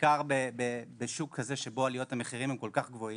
בעיקר בשוק כזה שבו עליית המחירים היא כל כך גבוהה.